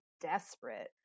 desperate